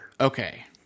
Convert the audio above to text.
Okay